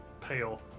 pale